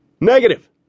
Negative